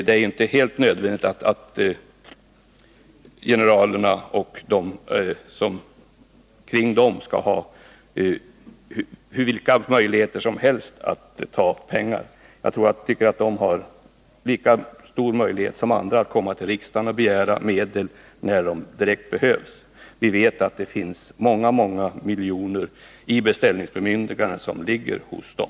Det är ju inte helt nödvändigt att generalerna och de personer som står kring dem skall ha vilka möjligheter som helst att ta pengar. De har samma möjligheter som andra att komma till riksdagen och begära medel när dessa direkt behövs. Vi vet att det finns åtskilliga miljoner i beställningsbemyndiganden som ligger hos dem.